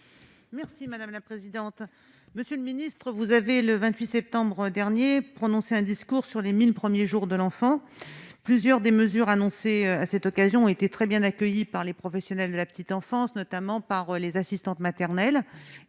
Merci madame la présidente, monsieur le ministre, vous avez le 28 septembre dernier prononcer un discours sur les 1000 premiers jours de l'enfant, plusieurs des mesures annoncées à cette occasion, été très bien accueillie par les professionnels de la petite enfance, notamment par les assistantes maternelles